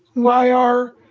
why are,